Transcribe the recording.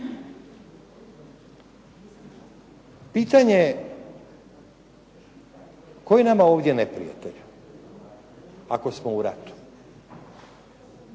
Pitanje je tko je nama ovdje neprijatelj ako smo u ratu?